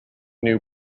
new